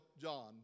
John